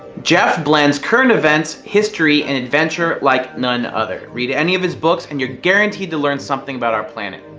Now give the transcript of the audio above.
jeff blends current events, history, and adventure like non other. read any of his books and you're guaranteed to learn something about our planet.